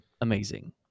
amazing